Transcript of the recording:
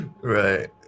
Right